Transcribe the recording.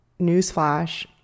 newsflash